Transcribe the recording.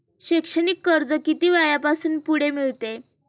शैक्षणिक कर्ज किती वयापासून पुढे मिळते?